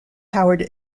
howard